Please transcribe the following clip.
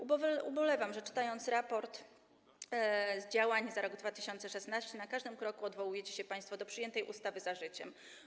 Ubolewam, czytając raport z działań za rok 2016, że na każdym kroku odwołujecie się państwo do przyjętej ustawy „Za życiem”